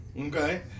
okay